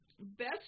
best